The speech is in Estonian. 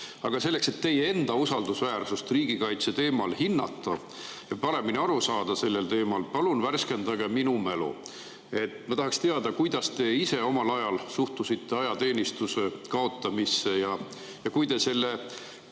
Aga selleks, et teie enda usaldusväärsust riigikaitse teemal hinnata ja sellest teemast paremini aru saada, palun värskendage minu mälu. Ma tahaks teada, kuidas te ise omal ajal suhtusite ajateenistuse kaotamisse. Kui te selle